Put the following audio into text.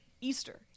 easter